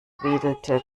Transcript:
wedelte